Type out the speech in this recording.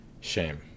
shame